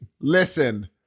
listen